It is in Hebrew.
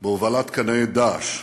בהובלת קנאי "דאעש".